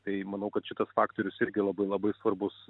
tai manau kad šitas faktorius irgi labai labai svarbus